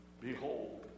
Behold